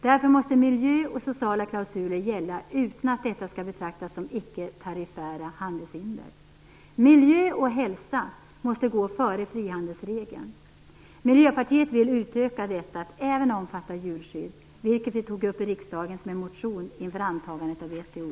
Därför måste miljöklausuler och sociala klausuler gälla utan att det betraktas som "icke-tariffära handelshinder". Miljö och hälsa måste gå före frihandelsregeln. Vi i Miljöpartiet vill utöka detta till att även omfatta djurskydd, vilket vi tagit upp i riksdagen i en motion inför antagandet av VHO.